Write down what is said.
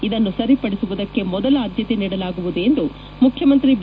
ಇದನ್ನು ಸರಿಪಡಿಸುವುದಕ್ಕೆ ಮೊದಲ ಆದ್ದತೆ ನೀಡಲಾಗುವುದು ಎಂದು ಮುಖ್ಯಮಂತ್ರಿ ಬಿ